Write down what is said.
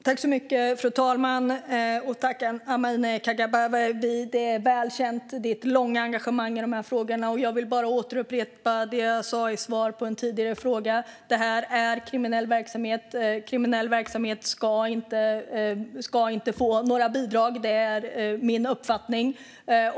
Fru talman! Jag tackar Amineh Kakabaveh för frågan. Ditt långa engagemang i dessa frågor är väl känt. Och jag vill bara upprepa det som jag har sagt i svar på en tidigare fråga om att detta är kriminell verksamhet och att kriminell verksamhet inte ska få några bidrag. Det är min uppfattning.